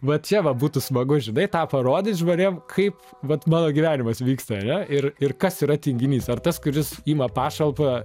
va čia va būtų smagu žinai tą parodyt žmonėm kaip vat mano gyvenimas vyksta ane ir ir kas yra tinginys ar tas kuris ima pašalpą